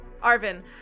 Arvin